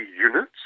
units